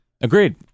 Agreed